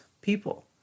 people